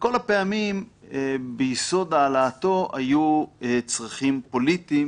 וכל הפעמים ביסוד העלאתו היו צרכים פוליטיים